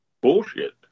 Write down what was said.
bullshit